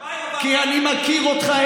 כי אני מכיר אותך,